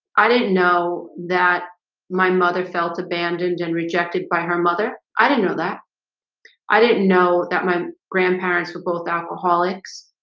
i didn't know that my mother felt abandoned and rejected by her mother. i didn't know that i didn't know that my grandparents were both alcoholics.